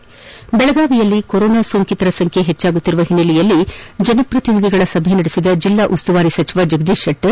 ದೆಳಗಾವಿಯಲ್ಲಿ corona ಸೋಂಕಿತರ ಸಂಖ್ಯೆ ಹೆಚ್ಚುಕ್ತಿರುವ ಹಿನ್ನೆಲೆಯಲ್ಲಿ ಜನಪ್ರತಿನಿಧಿಗಳ ಸಭೆ ನಡೆಸಿದ ಜಿಲ್ಲಾ ಉಸ್ತುವಾರಿ ಸಚಿವ ಜಗದೀಶ್ ಶೆಟ್ಟರ್